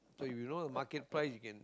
so you know market price we can